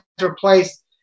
replaced